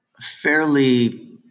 fairly